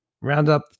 Roundup